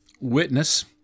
witness